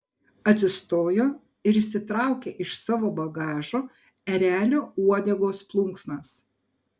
atsistojo ir išsitraukė iš savo bagažo erelio uodegos plunksnas